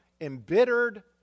embittered